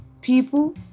people